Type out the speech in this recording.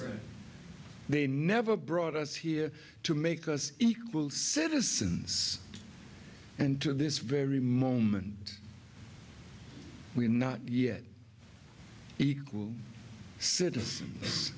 slaves they never brought us here to make us equal citizens and to this very moment we are not yet equal citizens